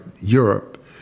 Europe